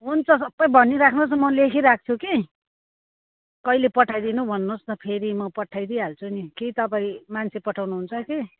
हुन्छ सबै भनिराख्नु होस् न म लेखिराख्छु कि कहिले पठाइदिनु भन्नु होस् न म फेरि पठाइदिइ हाल्छु नि कि तपाईँ मान्छे पठाउनु हुन्छ कि